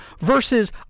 versus